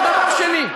זה דבר שני.